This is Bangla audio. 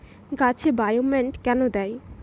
গাছে বায়োমেট কেন দেয়?